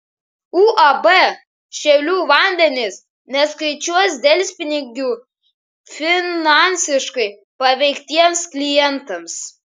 uab šiaulių vandenys neskaičiuos delspinigių finansiškai paveiktiems klientams